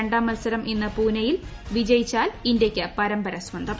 രണ്ടാം മത്സരം ഇന്ന് പൂനെയിൽ വിജയിച്ചാൽ ഇന്തൃയ്ക്ക് പരമ്പര സ്വന്തം